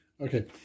Okay